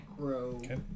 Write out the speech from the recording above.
Okay